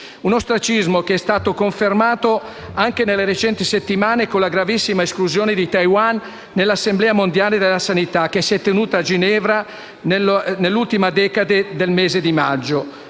Un ostracismo che è stato confermato anche nelle recenti settimane con la gravissima esclusione di Taiwan dall'Assemblea mondiale della sanità che si è tenuta a Ginevra nell'ultima decade del mese di maggio.